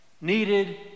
needed